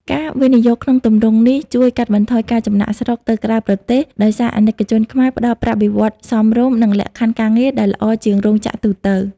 ការវិនិយោគក្នុងទម្រង់នេះជួយកាត់បន្ថយការចំណាកស្រុកទៅក្រៅប្រទេស ដោយសារអាណិកជនខ្មែរផ្ដល់ "ប្រាក់បៀវត្សរ៍សមរម្យ" និងលក្ខខណ្ឌការងារដែលល្អជាងរោងចក្រទូទៅ។